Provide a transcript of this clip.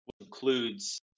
includes